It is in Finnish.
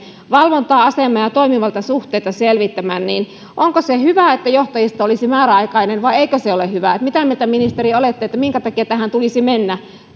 valvontaa asemaa ja ja toimivaltasuhteita selvittämään niin onko se hyvä että johtajisto olisi määräaikainen vai eikö se ole hyvä mitä mieltä ministeri olette että minkä takia tähän tulisi mennä